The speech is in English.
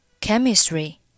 chemistry